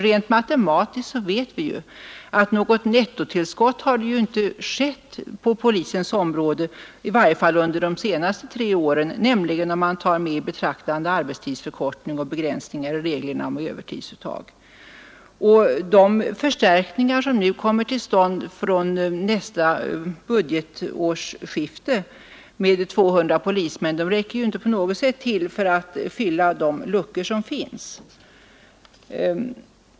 Rent matematiskt vet vi ju att det inte har blivit något nettotillskott på polisens område, i varje fall under de senaste tre åren, om vi nämligen beaktar arbetstidsförkortning och begränsningar i reglerna för övertidsuttag. De förstärkningar med 200 polismän som kommer till stånd från nästa budgetsårsskifte räcker inte på något sätt till för att fylla de luckor som finns.